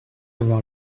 avoir